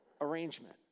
arrangement